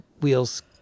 wheels